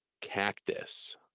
Cactus